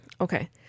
Okay